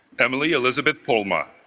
emily elizabeth palma